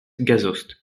gazost